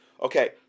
okay